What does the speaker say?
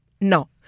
No